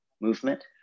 movement